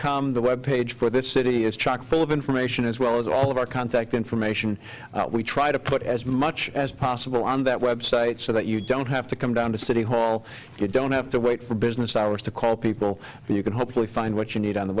com the web page for this city is chock full of information as well as all of our contact information we try to put as much as possible on that website so that you don't have to come down to city hall you don't have to wait for business hours to call people and you can hopefully find what you need on the